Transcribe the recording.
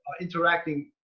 interacting